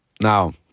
Now